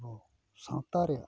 ᱟᱵᱚ ᱥᱟᱶᱛᱟ ᱨᱮᱭᱟᱜ